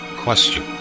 question